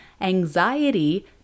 Anxiety